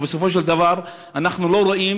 ובסופו של דבר אנחנו לא רואים,